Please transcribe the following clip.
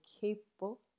capable